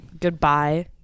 goodbye